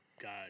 God